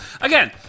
Again